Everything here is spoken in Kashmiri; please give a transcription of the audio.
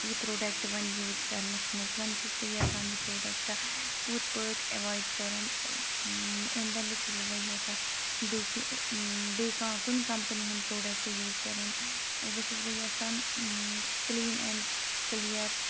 یہِ پرٛوڈَکٹ وۄنۍ یوٗز کَرنَس منٛز وۄنۍ چھس بہٕ یَژھان یہِ پرٛوڈَکٹ پوٗرٕ پٲٹھۍ اٮ۪وایِڈ کَرُن امہِ بَدلہٕ چھس بہٕ وۄنۍ یَژھان بیٚیہِ کینٛہہ بیٚیہِ کانٛہہ کُنہِ کَمپٔنی ہُنٛد پرٛوڈَکٹ یوٗز کَرُن وٕ چھس بہٕ یَژھان کِلیٖن اینٛڈ کٔلیَر